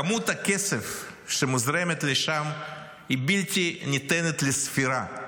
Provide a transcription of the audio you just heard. כמות הכסף שמוזרם לשם היא בלתי ניתנת לספירה.